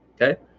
okay